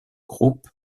group